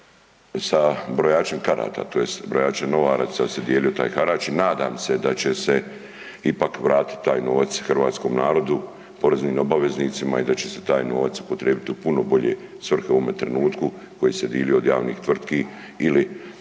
sa brojačem karata tj. brojačem novaca se dijelio taj harač i nadam se da će se ipak vratit taj novac hrvatskom narodu, poreznim obaveznicima i da će se taj novac upotrijebiti u puno bolje svrhe u ovome trenutku koji se dilio od javnih tvrtki ili